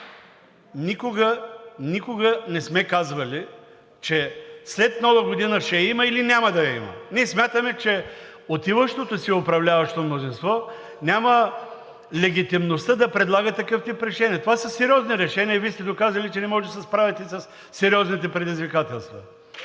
Никога не сме казвали, че след Нова година ще я има или няма да я има. Ние смятаме, че отиващото си управляващо мнозинство няма легитимността да предлага такъв тип решения. Това са сериозни решения и Вие сте доказали, че не можете да се справите със сериозните предизвикателства.